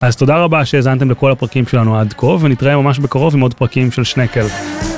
אז תודה רבה שהזנתם לכל הפרקים שלנו עד כה ונתראה ממש בקרוב עם עוד פרקים של שנקל.